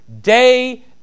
day